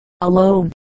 alone